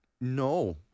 no